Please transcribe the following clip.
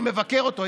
אני מבקר אותו,